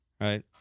Right